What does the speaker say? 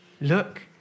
Look